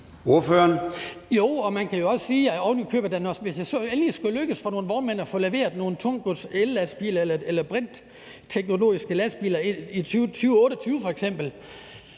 hvis det så endelig skulle lykkes for nogle vognmænd at få leveret nogle ellastbiler til tungt gods eller brintteknologiske lastbiler i 2028 f.eks.,